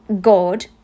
God